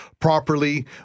properly